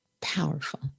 powerful